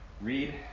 read